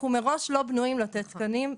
אנחנו מראש לא בנויים לתת מענים.